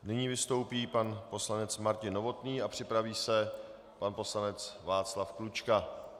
Nyní vystoupí pan poslanec Martin Novotný a připraví se pan poslanec Václav Klučka.